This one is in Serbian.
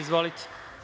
Izvolite.